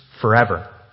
forever